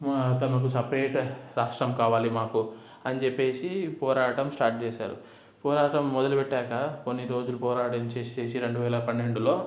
తమకు సెపరేట్ రాష్ట్రం కావాలి మాకు అని చెప్పేసి పోరాటం స్టార్ట్ చేసారు పోరాటం మొదలుపెట్టాక కొన్ని రోజులు పోరాటం చేసి చేసి రెండు వేల పన్నెండులో